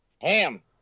Ham